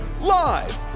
live